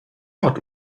not